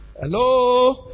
Hello